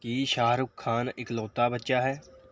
ਕੀ ਸ਼ਾਹਰੁਖ ਖਾਨ ਇਕਲੌਤਾ ਬੱਚਾ ਹੈ